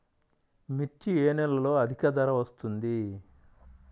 మిర్చి ఏ నెలలో అధిక ధర వస్తుంది?